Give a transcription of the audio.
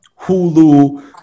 Hulu